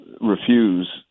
refuse